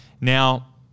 Now